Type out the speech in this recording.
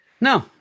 no